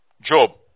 Job